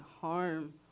harm